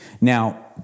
Now